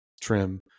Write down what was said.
trim